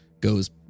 goes